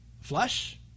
Flesh